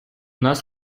нас